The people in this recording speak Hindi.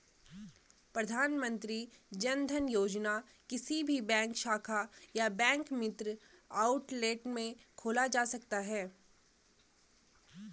प्रधानमंत्री जनधन योजना किसी भी बैंक शाखा या बैंक मित्र आउटलेट में खोला जा सकता है